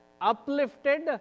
uplifted